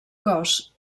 cos